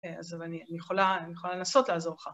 ‫אז אני יכולה לנסות לעזור לך.